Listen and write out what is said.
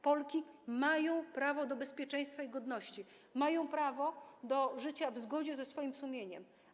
Polki mają prawo do bezpieczeństwa i godności, mają prawo do życia w zgodzie ze swoim sumieniem.